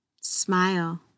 Smile